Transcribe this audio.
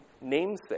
namesake